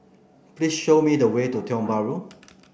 please show me the way to Tiong Bahru